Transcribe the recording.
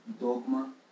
dogma